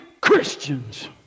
Christians